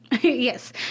Yes